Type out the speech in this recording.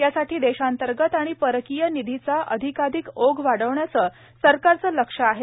यासाठी देशांतर्गत आणि परकीय निधीचा अधिकाधिक ओघ वाढवण्याचं सरकारचं लक्ष्य आहे